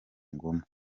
ngoma